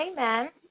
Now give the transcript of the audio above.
Amen